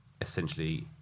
Essentially